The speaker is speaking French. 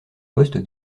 poste